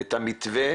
את המתווה